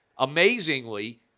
Amazingly